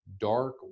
dark